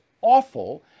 awful